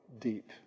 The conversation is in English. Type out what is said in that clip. deep